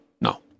no